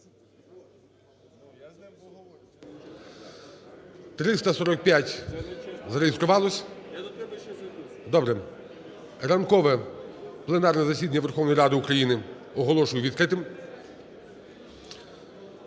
345 зареєструвалось. Ранкове пленарне засідання Верховної Ради України оголошую відкритим.